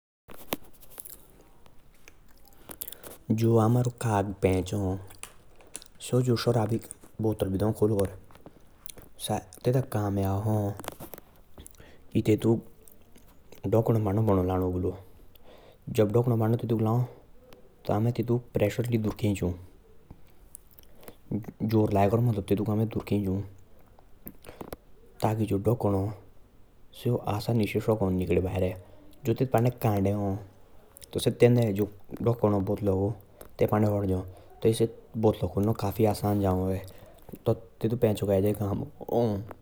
जो अमरो खक पेंच हा। सो सुरबिक बोतल दEAN खोल केर ततुक ढकणा दो पदनो फसाणो तब से ढकन देओ खोले।